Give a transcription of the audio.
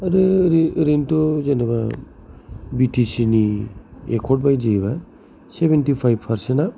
आरो एरैनोथ' जेनोबा बि टि सिनि एकर्द बादियैबा सेबेनटिफाइभ फारसेन्ट आ